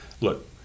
look